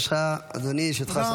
בבקשה, אדוני, לרשותך שלוש דקות.